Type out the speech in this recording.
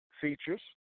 features